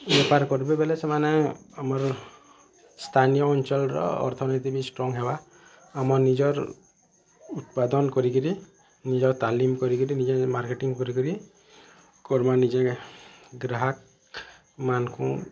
ବେପାର କରିବେ ବେଲେ ସେମାନେ ଆମର ସ୍ଥାନୀୟ ଅଞ୍ଚଳର ଅର୍ଥନୀତି ବି ଷ୍ଟ୍ରଙ୍ଗ୍ ହେବା ଆମର ନିଜର ଉତ୍ପାଦନ କରିକିରି ନିଜେ ତାଲିମ କରିକିରି ନିଜେ ମାର୍କେଟିଙ୍ଗ୍ କରିକିରି କରମା ନିଜେ ଗ୍ରାହକମାନକୁ